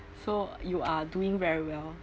so you are doing very well